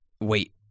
Wait